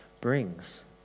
brings